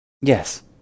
Yes